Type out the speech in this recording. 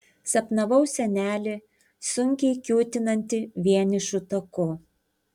sapnavau senelį sunkiai kiūtinantį vienišu taku